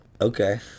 Okay